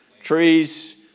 trees